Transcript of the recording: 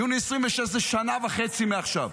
יוני 2026 זה שנה וחצי מעכשיו,